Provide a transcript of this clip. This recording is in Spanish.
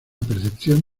percepción